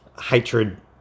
hatred